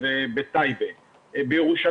אנחנו נוציא מכרז כנראה לבד --- בועז,